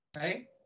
hey